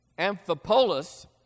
Amphipolis